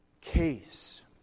case